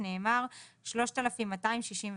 נאמר "3265".